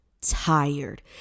tired